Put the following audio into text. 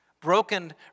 Broken